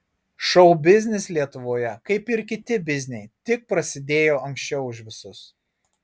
šou biznis lietuvoje kaip ir kiti bizniai tik prasidėjo anksčiau už visus